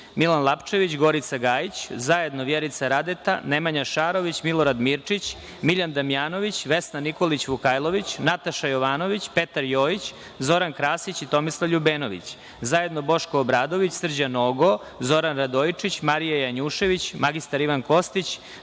Milan Lapčević, Gorica Gajić, zajedno Vjerica Radeta, Nemanja Šarović, Milorad Mirčić, Miljan Damjanović, Vesna Nikolić Vukajlović, Nataša Jovanović, Petar Jojić, Zoran Krasić i Tomislav LJubenović, zajedno Boško Obradović, Srđan Nogo, Zoran Radojičić, Marija Janjušević, mr Ivan Kostić,